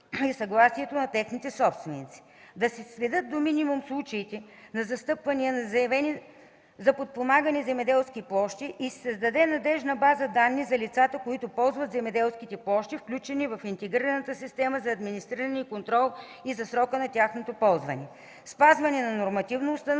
съгласието на техните собственици.